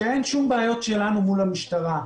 שאין בעיות שלנו מול המשטרה.